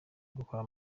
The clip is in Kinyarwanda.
gukora